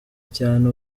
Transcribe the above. cyane